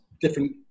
different